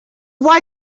why